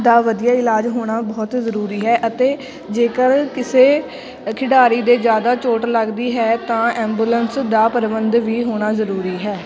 ਦਾ ਵਧੀਆ ਇਲਾਜ ਹੋਣਾ ਬਹੁਤ ਜ਼ਰੂਰੀ ਹੈ ਅਤੇ ਜੇਕਰ ਕਿਸੇ ਖਿਡਾਰੀ ਦੇ ਜ਼ਿਆਦਾ ਚੋਟ ਲੱਗਦੀ ਹੈ ਤਾਂ ਐਬੂਲੈਂਸ ਦਾ ਪ੍ਰਬੰਧ ਵੀ ਹੋਣਾ ਜ਼ਰੂਰੀ ਹੈ